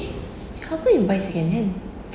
eh how can you buy second hand